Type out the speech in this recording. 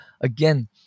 again